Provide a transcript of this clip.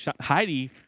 Heidi